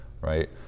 right